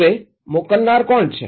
હવે મોકલનારા કોણ છે